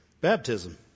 baptism